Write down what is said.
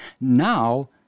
now